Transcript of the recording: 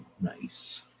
Nice